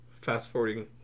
fast-forwarding